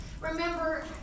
Remember